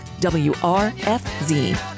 WRFZ